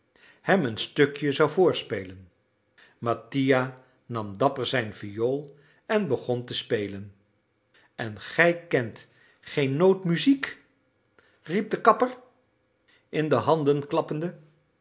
hem een stukje zou voorspelen mattia nam dapper zijn viool en begon te spelen en gij kent geen noot muziek riep de kapper in de handen klappende